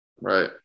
right